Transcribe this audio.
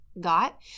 got